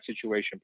situation